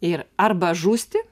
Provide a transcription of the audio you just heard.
ir arba žūsti